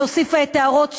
שהוסיפה את ההערות שלה,